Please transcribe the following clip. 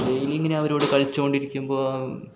daily ഇങ്ങനെ അവരോട് കളിച്ചു കൊണ്ടിരിക്കുമ്പോൾ